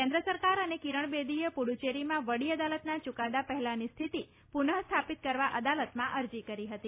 કેન્દ્ર સરકાર અને કિરણ બેદીએ પૂડુચેરીમાં વડી અદાલતના ચૂકાદા પહેલાની સ્થિતિ પુનઃસ્થાપિત કરવા અદાલતમાં અરજી કરી હતી